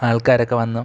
ആൾക്കാരൊക്കെ വന്നും